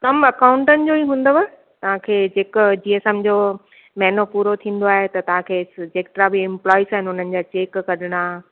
कमु अकाऊंटंट जो ई हूंदव तव्हां खे जेको जीअं समिझो महिनो पूरो थींदो आहे त तव्हां खे एक्स जेतिरा बि इम्पलॉईस आहिनि उन्हनि जा चेक कढिणा